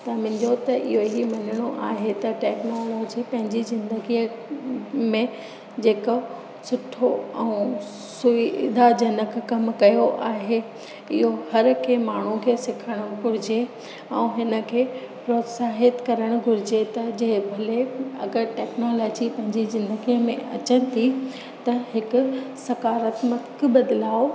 त मुंहिंजो त इहो ई मञिणो आहे त टेक्नोलोजी पंहिंजी ज़िंदगीअ में जेको सुठो ऐं सुविधाजनक कमु कयो आहे इहो हर कंहिं माण्हूअ खे सिखणु घुरिजे ऐं हिनखे प्रोत्साहित करणु घुरिजे त जे भले अगरि टेक्नोलोजी पंहिंजी ज़िंदगीअ में अचे थी त हिकु सकारात्मिक बदिलाउ